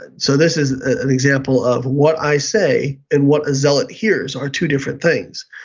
and so this is an example of what i say and what a zealot hears are two different things.